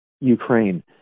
Ukraine